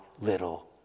little